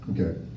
Okay